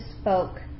spoke